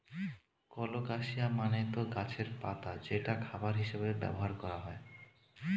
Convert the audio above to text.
colocasia মানে তো গাছের পাতা যেটা খাবার হিসেবে ব্যবহার করা হয়